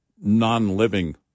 Non-living